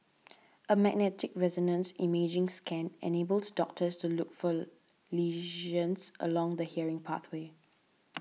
a magnetic resonance imaging scan enables doctors to look for lesions along the hearing pathway